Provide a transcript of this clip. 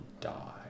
die